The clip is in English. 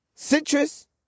Citrus